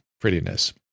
prettiness